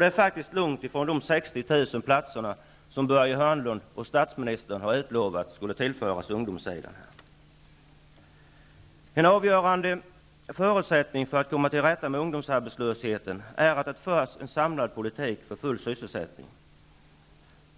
detta slag. Detta är långt ifrån de 60 000 platser som Börje Hörnlund och statsministern utlovade skulle tillföras ungdomssidan. En avgörande förutsättning för att komma till rätta med ungdomsarbetslösheten är att det förs en samlad politik för full sysselsättning.